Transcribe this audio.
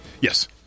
Yes